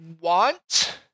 want